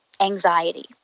anxiety